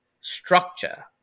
structure